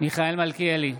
מיכאל מלכיאלי,